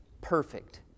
perfect